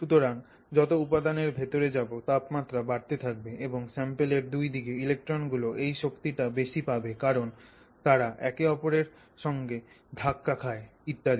সুতরাং যত উপাদানের ভেতরে যাব তাপমাত্রা বাড়তে থাকবে এবং স্যাম্পলের দুই দিকে ইলেক্ট্রন গুলো এই শক্তিটা বেশি পাবে কারণ তারা একে অপরের সুঙ্গে ধাক্কা খায় ইত্যাদি